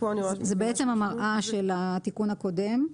זו בעצם המראה של התיקון הקודם.